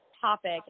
topic